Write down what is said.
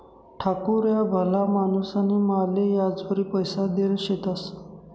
ठाकूर ह्या भला माणूसनी माले याजवरी पैसा देल शेतंस